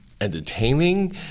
entertaining